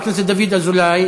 חבר הכנסת דוד אזולאי,